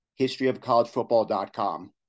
historyofcollegefootball.com